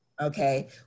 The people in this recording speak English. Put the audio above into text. Okay